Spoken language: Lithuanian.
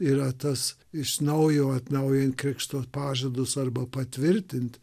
yra tas iš naujo atnaujint krikšto pažadus arba patvirtint